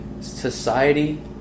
society